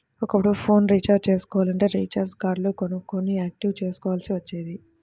ఒకప్పుడు phone recharge చేసుకోవాలంటే recharge కార్డులు కొనుక్కొని యాక్టివేట్ చేసుకోవాల్సి వచ్చేది